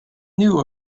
knew